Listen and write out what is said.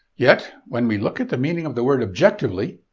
yet, when we look at the meaning of the word objectively,